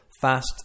fast